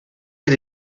del